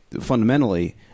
fundamentally